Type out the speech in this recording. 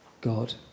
God